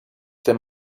them